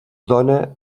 dóna